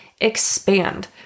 expand